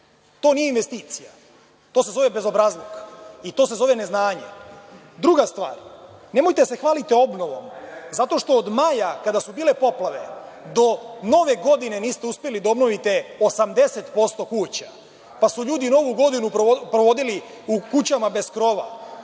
To nije investicija. To je bezobrazluk i to se zove neznanje. Druga stvar, nemojte da se hvalite obnovom, zato što od maja, kada su bile poplave, do Nove godine niste uspeli da obnovite 80% kuća, pa su ljudi Novu godinu provodili u kućama bez krova